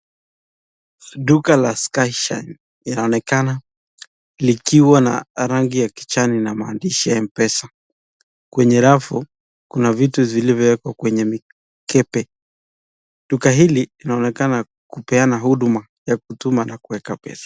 Duka la sky shine inaonekana, likiwa na rangi ya kijani na maandishi ya Mpesa. Kwenye rafu kuna vitu vilivyo wekwa kwenye mikebe. Duka hili ilinonekana kupeana huduma ya kutuma na kuweka pesa.